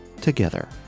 together